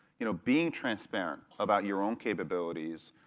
you know being transparent about your own capabilities.